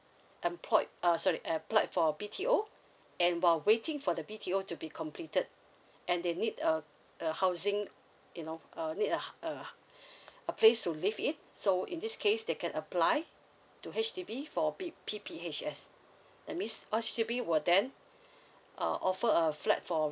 employed uh sorry applied for B T O and while waiting for the B T O to be completed and they need a a housing you know uh need a a a place to live in so in this case they can apply to H_D_B for B P P H S that means H_D_B will then uh offer a flat for